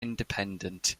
independent